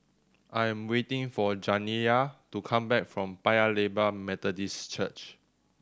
I am waiting for Janiya to come back from Paya Lebar Methodist Church